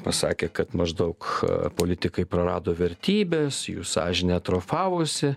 pasakė kad maždaug politikai prarado vertybes jų sąžinė atrofavosi